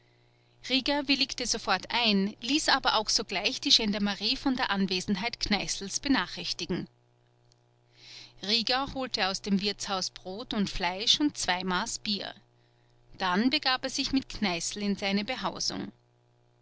rieger willigte sofort ein ließ aber auch sogleich die gendarmerie von der anwesenheit kneißls benachrichtigen rieger holte aus dem wirtshaus brot und fleisch und zwei maß bier damit begab er sich mit kneißl in seine behausung